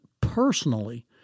personally